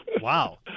Wow